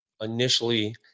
initially